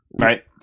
right